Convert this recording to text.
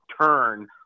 turn